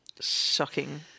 shocking